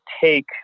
take